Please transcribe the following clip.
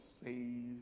save